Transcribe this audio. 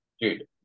Dude